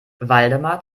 waldemar